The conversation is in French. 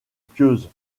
pieuse